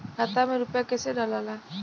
खाता में रूपया कैसे डालाला?